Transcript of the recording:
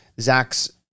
Zach's